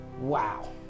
Wow